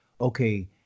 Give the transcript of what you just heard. okay